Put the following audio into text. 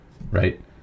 right